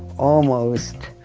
almost